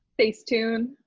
Facetune